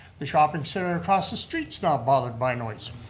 the shopping center across the street's not bothered by noise.